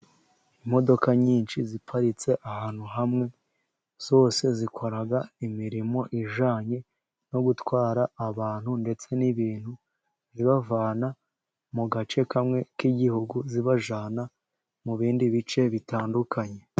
Imodoka nyinshi ziparitse ahantu hamwe, zose zikora imirimo ijyanye no gutwara abantu ndetse n'ibintu, zibavana mu gace kamwe k'igihugu, zibajyana mu bindi bice bitandukanye.